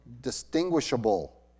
distinguishable